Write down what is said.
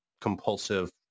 compulsive